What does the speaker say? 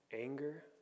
anger